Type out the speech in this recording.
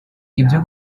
ibyo